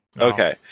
Okay